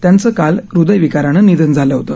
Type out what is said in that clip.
त्यांचं काल ह्रदय विकारानं निधन झालं होतं